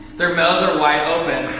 their mouths are wide open,